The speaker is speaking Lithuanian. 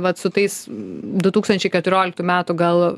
vat su tais du tūkstančiai keturioliktų metų gal